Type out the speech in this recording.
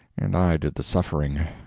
and i did the suffering.